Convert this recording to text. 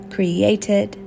Created